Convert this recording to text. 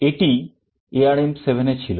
এটিই ARM7 এ ছিল